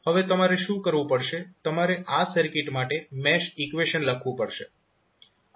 હવે તમારે શું કરવું પડશે તમારે આ સર્કિટ માટે મેશ ઈકવેશન લખવું પડશે